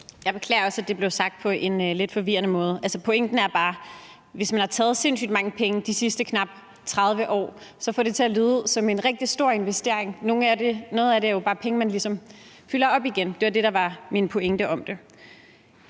Jeg beklager, at det også blev sagt på en lidt forvirrende måde. Altså, pointen er bare, at hvis man har taget sindssygt mange penge de sidste knap 30 år, får man det til at lyde som en rigtig stor investering; noget af det er jo bare penge, man ligesom fylder op med igen. Det var det, der var min pointe med det,